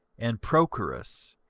and prochorus,